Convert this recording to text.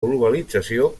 globalització